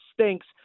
stinks